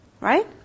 Right